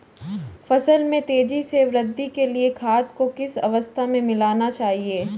फसल में तेज़ी से वृद्धि के लिए खाद को किस अवस्था में मिलाना चाहिए?